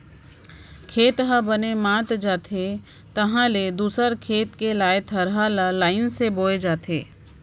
खेत ह बने मात जाथे तहाँ ले दूसर खेत के लाने थरहा ल लईन से बोए जाथे